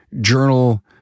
journal